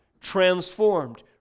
transformed